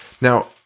Now